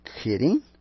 kidding